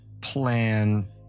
plan